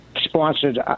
sponsored